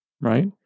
right